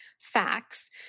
facts